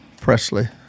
Presley